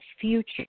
future